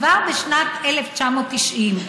כבר בשנת 1990,